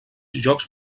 jocs